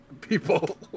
people